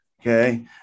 Okay